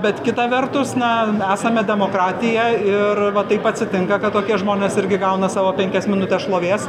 bet kita vertus na esame demokratija ir va taip atsitinka kad tokie žmonės irgi gauna savo penkias minutes šlovės